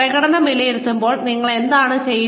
പ്രകടനം വിലയിരുത്തുമ്പോൾ നിങ്ങൾ എന്താണ് ചെയ്യുന്നത്